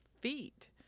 feet